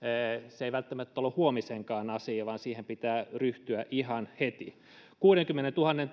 se ei välttämättä ole huomisenkaan asia vaan siihen pitää ryhtyä ihan heti kuudenkymmenentuhannen